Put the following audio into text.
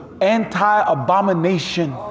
Anti-abomination